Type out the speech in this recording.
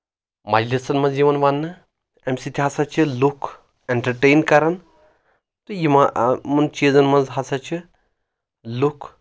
مجلسن منٛز یِوان وننہٕ اَمہِ سۭتۍ ہسا چھِ لُکھ اینٹرٹین کران تہٕ یِمن چیٖزن منٛز ہسا چھِ لُکھ